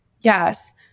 Yes